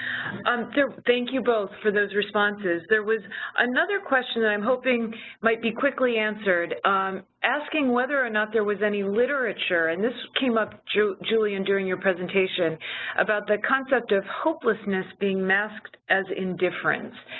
um thank you both for those responses. there was another question that i'm hoping might be quickly answered asking whether or not there was any literature and this came up, julian, during your presentation about the concept of hopelessness being masked as indifference.